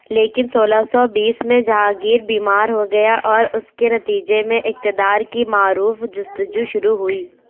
لیکن سولہ سو بیس میں جہانگیر بیمار ہو گیا اور اس کے نتیجے میں اقتدار کی معروف جستجو شروع ہوئی